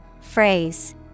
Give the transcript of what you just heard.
Phrase